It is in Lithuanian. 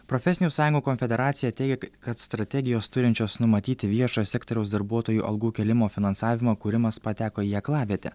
profesinių sąjungų konfederacija teigia kad strategijos turinčios numatyti viešo sektoriaus darbuotojų algų kėlimo finansavimą kūrimas pateko į aklavietę